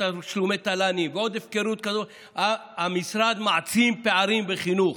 בתשלומי תל"נים ועוד הפקרות כזאת המשרד מעצים פערים בחינוך,